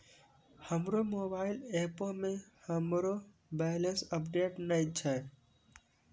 हमरो मोबाइल एपो मे हमरो बैलेंस अपडेट नै छै